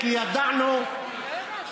כי קרן קיימת זה ארגון ציוני גדול.